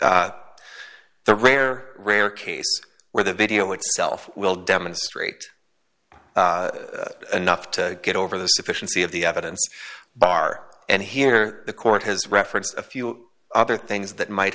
s the rare rare case where the video itself will demonstrate enough to get over the sufficiency of the evidence bar and here the court has referenced a few other things that might